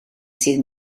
sydd